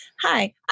hi